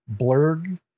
Blurg